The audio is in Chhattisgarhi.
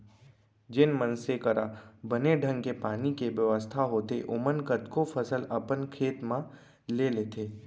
जेन मनसे करा बने ढंग के पानी के बेवस्था होथे ओमन कतको फसल अपन खेत म ले लेथें